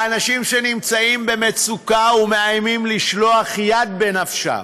לאנשים שנמצאים במצוקה ומאיימים לשלוח יד בנפשם.